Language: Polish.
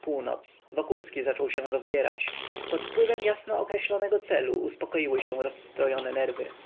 północ wokulski zaczął się rozbierać pod wpływem jasnookreślonego celu uspokoiły się rozstrojone nerwy